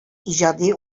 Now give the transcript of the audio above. иҗади